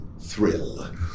thrill